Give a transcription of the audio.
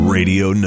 Radio